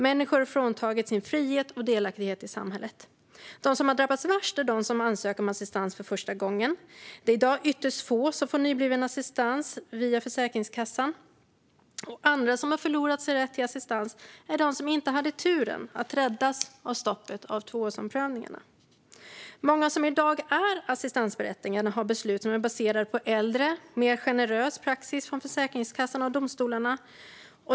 Människor har fråntagits sin frihet och delaktighet i samhället. De som har drabbats värst är de som ansöker om assistans för första gången. Det är i dag ytterst få som får ny assistans beviljad av Försäkringskassan, och andra som har förlorat sin rätt till assistans är de som inte hade turen att räddas av stoppet för tvåårsomprövningarna. Många som i dag är assistansberättigade har beslut som är baserade på äldre, mer generös praxis från Försäkringskassan och domstolarna.